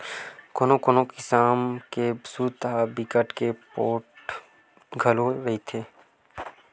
कोनो कोनो किसम के सूत ह बिकट के पोठ घलो रहिथे